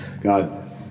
God